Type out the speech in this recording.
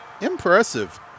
impressive